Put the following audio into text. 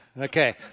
Okay